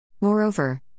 Moreover